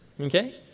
Okay